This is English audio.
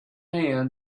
hand